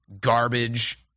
garbage